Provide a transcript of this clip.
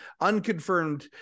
unconfirmed